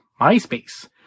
myspace